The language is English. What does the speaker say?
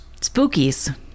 Spookies